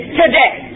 today